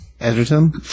Edgerton